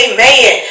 Amen